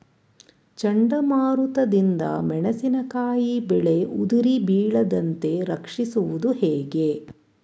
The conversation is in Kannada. ಚಂಡಮಾರುತ ದಿಂದ ಮೆಣಸಿನಕಾಯಿ ಬೆಳೆ ಉದುರಿ ಬೀಳದಂತೆ ರಕ್ಷಿಸುವುದು ಹೇಗೆ?